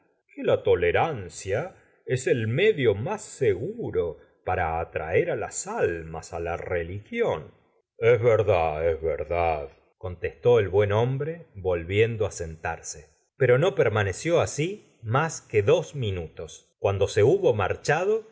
la tolerancia es el medio más seguro de atraer á las almas á la religión es verdad es verdad contestó el buen hombre volviendo á sentarse pero no permaneció asi más que dos minutos cuando se hubo marchado